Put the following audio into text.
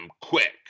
quick